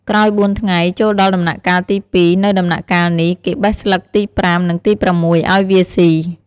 ក្រោយ៤ថ្ងៃ ចូលដល់ដំណាក់កាលទី២ នៅដំណាក់កាលនេះ គេបេះស្លឹកទី៥ និងទី៦ អោយវាសុី។